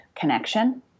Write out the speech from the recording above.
connection